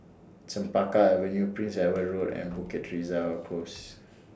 Chempaka Avenue Prince Edward Road and Bukit Teresa Close